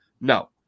no